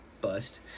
bust